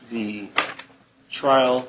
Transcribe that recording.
the trial